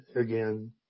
again